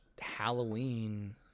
Halloween